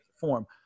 form